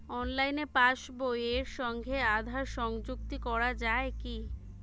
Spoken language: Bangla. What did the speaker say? অনলাইনে পাশ বইয়ের সঙ্গে আধার সংযুক্তি করা যায় কি?